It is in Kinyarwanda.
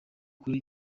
kuri